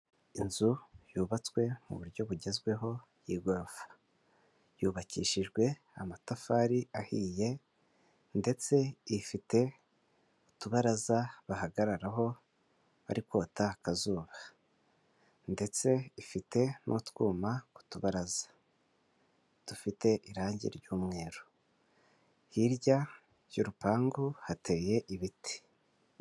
Inzu yubatswe muburyo bugezweho y'igorofa, yubakishijwe amatafari ahiye ndetse ifite utubaraza bahagararaho bari kota akazuba ndetse ifite n'utwuma ku tubaraza dufite irangi ry'umweru hirya y'urupangu hateye ibiti.